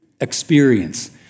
experience